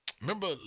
remember